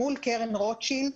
מול קרן רוטשילד,